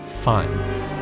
fine